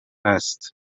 است